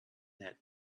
that